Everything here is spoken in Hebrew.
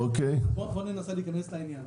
ננסה להיכנס לעניין.